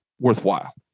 worthwhile